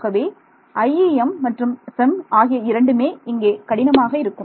ஆகவே IEM மற்றும் FEM ஆகிய இரண்டுமே இங்கே கடினமாக இருக்கும்